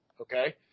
Okay